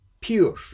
pure